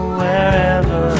wherever